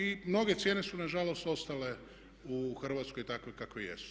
I mnoge cijene su nažalost ostale u Hrvatskoj takve kakve jesu.